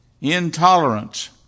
intolerance